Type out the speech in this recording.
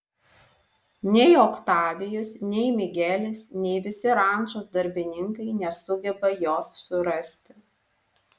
nei oktavijus nei migelis nei visi rančos darbininkai nesugeba jos surasti